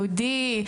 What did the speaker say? יהודי,